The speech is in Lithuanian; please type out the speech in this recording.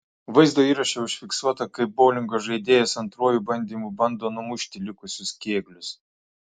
vaizdo įraše užfiksuota kaip boulingo žaidėjas antruoju bandymu bando numušti likusius kėglius